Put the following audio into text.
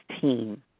team